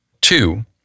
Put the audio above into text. two